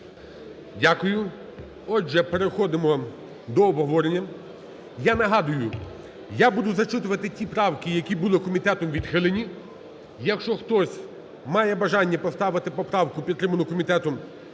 Дякую. Отже, переходимо до обговорення. Я нагадую, я буду зачитувати ті правки, які були комітетом відхилені, якщо хтось має бажання поставити поправку, підтриману комітетом,